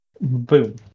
Boom